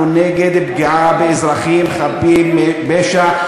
אנחנו נגד פגיעה באזרחים חפים מפשע,